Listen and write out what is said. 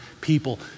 people